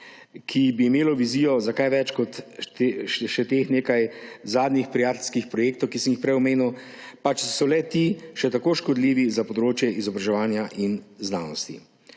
ki bi imelo vizijo za kaj več kot za še teh nekaj zadnjih prijateljskih projektov, ki sem jih prej omenil, pa če so le-ti še tako škodljivi za področje izobraževanja in znanosti.